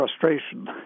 frustration